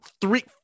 three